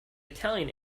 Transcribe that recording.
italian